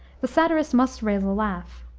the satirist must raise a laugh.